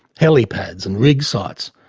helipads, and rig sites?